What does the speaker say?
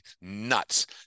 nuts